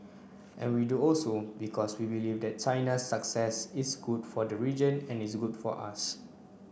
and we do also because we believe that China's success is good for the region and is good for us